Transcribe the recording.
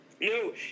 No